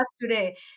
today